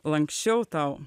lanksčiau tau